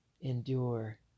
Endure